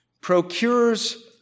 procures